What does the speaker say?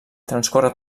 transcorre